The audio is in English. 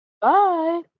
Bye